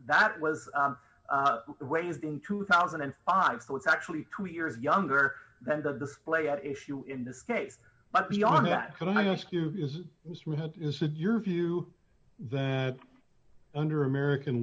that was raised in two thousand and five so it's actually two years younger than the display at issue in this case but beyond that can i ask you is your view that under american